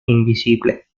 invisible